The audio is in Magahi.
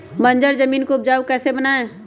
बंजर जमीन को उपजाऊ कैसे बनाय?